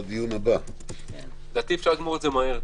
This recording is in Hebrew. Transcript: יותר.